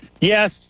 Yes